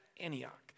Antioch